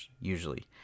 usually